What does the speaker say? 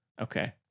Okay